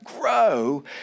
grow